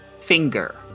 finger